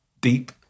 deep